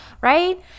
right